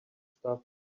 stuff